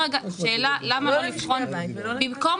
--- במקום